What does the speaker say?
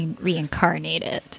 reincarnated